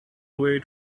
away